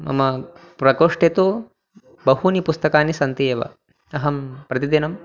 मम प्रकोष्ठे तु बहूनि पुस्तकानि सन्ति एव अहं प्रतिदिनम्